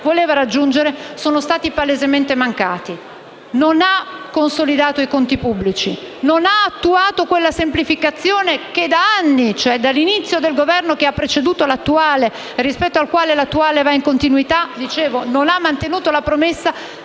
non ha consolidato i conti pubblici e non ha attuato quella semplificazione che da anni - cioè dall'inizio del Governo che ha preceduto l'attuale, rispetto al quale quest'ultimo si muove in continuità - viene promessa